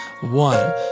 One